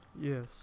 yes